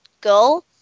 go